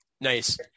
Nice